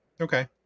Okay